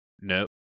Nope